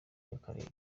y’akarere